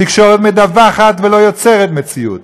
תקשורת מדווחת ולא יוצרת מציאות.